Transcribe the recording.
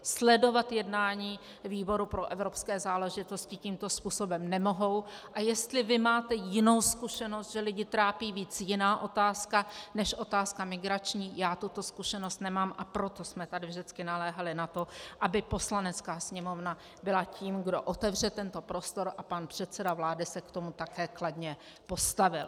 Sledovat jednání výboru pro evropské záležitosti tímto způsobem nemohou, a jestli vy máte jinou zkušenost, že lidi trápí víc jiná otázka než otázka migrační, já tuto zkušenost nemám, a proto jsme tady vždycky naléhali na to, aby Poslanecká sněmovna byla tím, kdo otevře tento prostor, a pan předseda vlády se k tomu také kladně postavil.